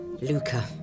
Luca